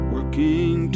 Working